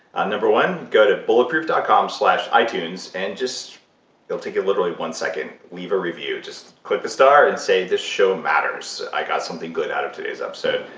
ah number one, go to bulletproof dot com slash itunes and just it'll take you literally one second. leave a review. just click the star, and say, this show matters. i got something good out of today's episode.